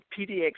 PDX